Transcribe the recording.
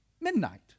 Midnight